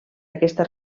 aquesta